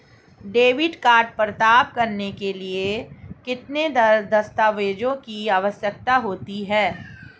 Debit card प्राप्त करने के लिए किन दस्तावेज़ों की आवश्यकता होती है?